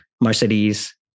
Mercedes